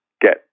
get